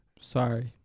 Sorry